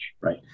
Right